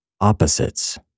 opposites